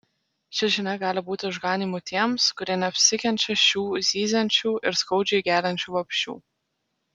ši žinia gali būti išganymu tiems kurie neapsikenčia šių zyziančių ir skaudžiai geliančių vabzdžių